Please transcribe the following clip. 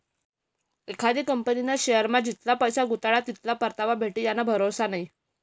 एखादी कंपनीना शेअरमा जितला पैसा गुताडात तितला परतावा भेटी याना भरोसा नै